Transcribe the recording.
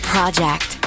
Project